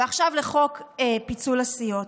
ועכשיו, לחוק פיצול הסיעות.